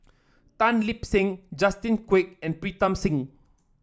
Tan Lip Seng Justin Quek and Pritam Singh